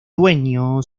dueño